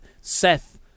Seth